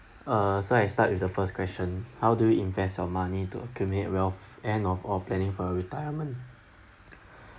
uh so I start with the first question how do you invest your money to accumulate wealth and or of planning for your retirement